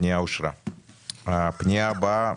הצבעה הפנייה אושרה הפנייה אושרה.